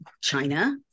China